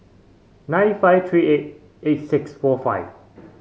nine five three eight eight six four five